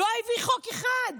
לא הביא חוק אחד.